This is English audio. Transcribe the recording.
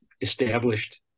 established